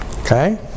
Okay